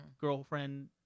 girlfriend